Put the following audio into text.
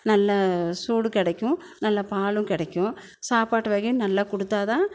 நல்ல சூடு கெடைக்கும் நல்ல பாலும் கெடைக்கும் சாப்பாட்டு வகையும் நல்லா குடுத்தாதான்